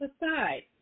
aside